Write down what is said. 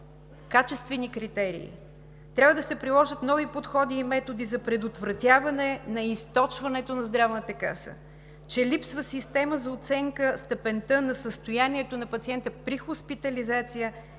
качествени критерии, трябва да се приложат нови подходи и методи за предотвратяване на източването на Здравната каса; че липсва система за оценка степента на състоянието на пациента при хоспитализация